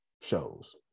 shows